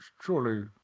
Surely